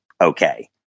okay